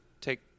take –